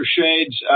shades